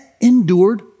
endured